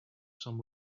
some